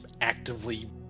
actively